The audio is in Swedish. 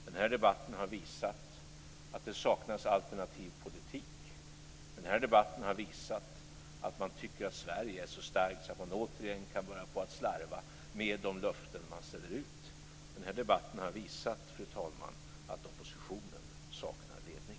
Den här debatten har visat att det saknas alternativ politik. Den här debatten har visat att man tycker att Sverige är så starkt att man återigen kan börja slarva med de löften man ställer ut. Den här debatten har visat, fru talman, att oppositionen saknar ledning.